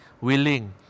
willing